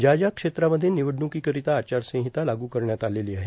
ज्या ज्या क्षेत्रामध्ये निवडणूकोंकरोंता आचारसंहता लागू करण्यात आलेलो आहे